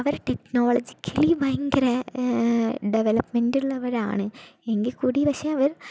അവർ technology ഭയങ്കര development ഉള്ളവരാണ് എങ്കിൽ കൂടി പക്ഷെ അവർ